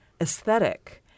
aesthetic